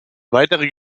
weitere